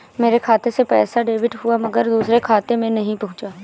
मेरे खाते से पैसा डेबिट हुआ मगर दूसरे खाते में नहीं पंहुचा